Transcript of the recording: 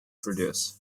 produce